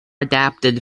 adapted